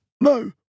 no